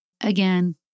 Again